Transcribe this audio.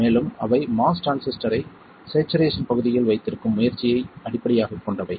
மேலும் அவை MOS டிரான்சிஸ்டரை ஸேச்சுரேஷன் பகுதியில் வைத்திருக்கும் முயற்சியை அடிப்படையாகக் கொண்டவை